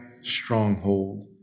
stronghold